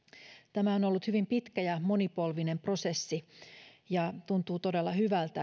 tämä on ollut hyvin pitkä ja monipolvinen prosessi ja tuntuu todella hyvältä